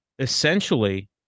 essentially